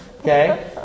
Okay